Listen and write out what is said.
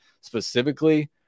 specifically –